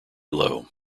low